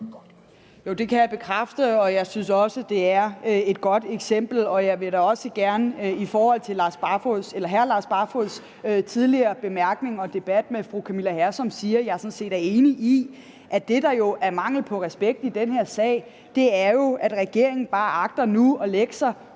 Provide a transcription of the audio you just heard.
Jo, det kan jeg bekræfte, og jeg synes også, det er et godt eksempel. Og jeg vil da også gerne i forhold til hr. Lars Barfoeds tidligere bemærkning og debat med fru Camilla Hersom sige, at jeg sådan set er enig i, at det, der jo er mangel på respekt i den her sag, er, at regeringen nu bare agter at lægge sig